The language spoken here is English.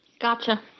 Gotcha